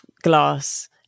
glass